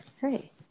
Hey